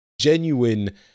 genuine